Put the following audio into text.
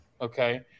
Okay